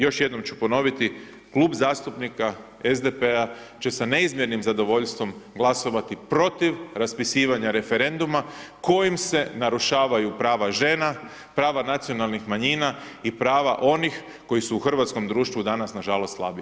Još jednom ću ponoviti, Klub zastupnika SDP-a će sa neizmjernim zadovoljstvom glasovati protiv raspisivanja referenduma kojim se narušavaju prava žena, prava nacionalnih manjina i prava onih koji su u hrvatskom društvu danas, nažalost, slabiji.